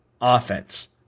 offense